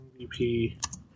MVP